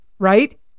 right